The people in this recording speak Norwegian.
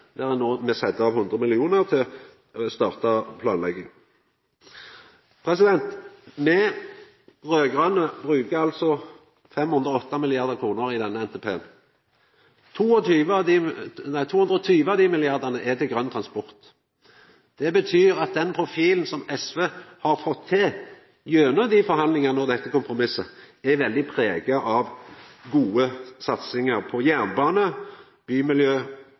der me nå set av 100 mill. kr til å starta planlegging. Me raud-grøne bruker 508 mrd. kr i denne NTP-en. 220 av dei milliardane er til grøn transport. Det betyr at den profilen som SV har fått til gjennom forhandlingane og dette kompromisset, er veldig prega av gode satsingar på bl.a. jernbane, bymiljø